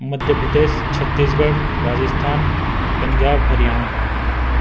Madhya Pradesh Chhattisgarh Rajasthan Punjab Haryana